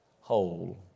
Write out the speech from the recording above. whole